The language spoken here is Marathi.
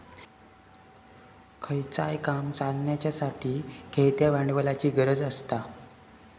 खयचाय काम चलाच्यासाठी खेळत्या भांडवलाची गरज आसता